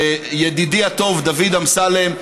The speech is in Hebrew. ידידי הטוב דוד אמסלם,